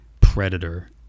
Predator